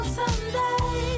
someday